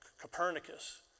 Copernicus